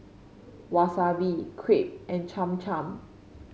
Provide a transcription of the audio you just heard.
Wasabi Crepe and Cham Cham